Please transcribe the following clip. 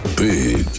big